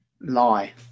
lie